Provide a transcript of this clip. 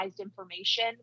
information